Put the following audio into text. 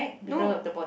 no